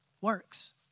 works